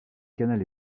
canal